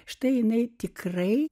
štai jinai tikrai